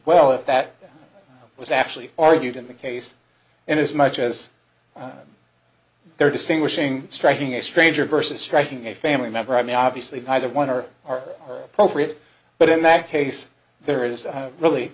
well if that it was actually argued in the case and as much as there are distinguishing striking a stranger versus striking a family member i mean obviously either one or are appropriate but in that case there is really